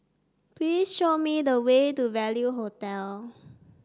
please show me the way to Value Hotel